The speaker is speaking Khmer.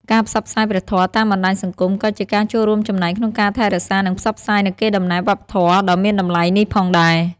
ការផ្សព្វផ្សាយព្រះធម៌តាមបណ្តាញសង្គមក៏ជាការចូលរួមចំណែកក្នុងការថែរក្សា និងផ្សព្វផ្សាយនូវកេរដំណែលវប្បធម៌ដ៏មានតម្លៃនេះផងដែរ។